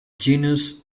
genus